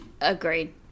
agreed